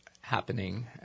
happening